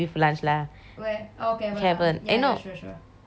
cavern eh no not cavern அந்த:anthe poolside